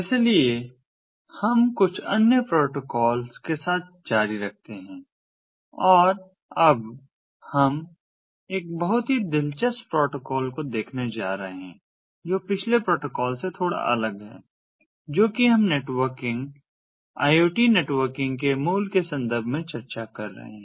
इसलिए हम कुछ अन्य प्रोटोकॉल के साथ जारी रखते हैं और अब हम एक बहुत ही दिलचस्प प्रोटोकॉल को देखने जा रहे हैं जो पिछले प्रोटोकॉल से थोड़ा अलग है जो कि हम नेटवर्किंग IoT नेटवर्किंग के मूल के संदर्भ में चर्चा कर रहे हैं